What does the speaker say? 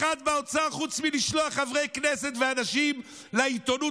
חוץ מלשלוח חברי כנסת ואנשים לעיתונות,